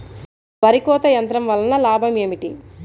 వరి కోత యంత్రం వలన లాభం ఏమిటి?